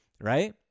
Right